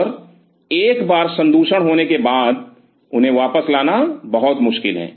और एक बार संदूषण होने के बाद उन्हें वापस लाना बहुत मुश्किल है